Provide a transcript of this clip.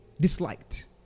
Disliked